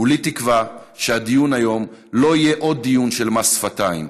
כולי תקווה שהדיון היום לא יהיה עוד דיון של מס שפתיים.